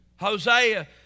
Hosea